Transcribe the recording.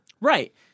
Right